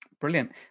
Brilliant